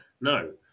No